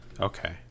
okay